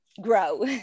grow